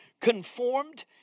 Conformed